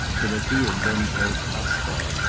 than if he had been old kaspar,